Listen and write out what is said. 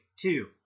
two